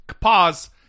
Pause